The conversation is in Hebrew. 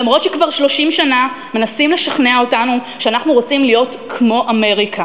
למרות שכבר 30 שנה מנסים לשכנע אותנו שאנחנו רוצים להיות כמו אמריקה,